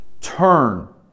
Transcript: turn